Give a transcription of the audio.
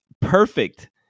perfect